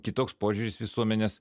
kitoks požiūris visuomenės